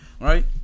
right